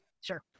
Sure